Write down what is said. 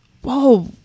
whoa